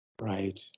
Right